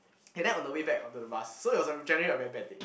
can I on the way back onto the bus so it was generate a very bad date